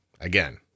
Again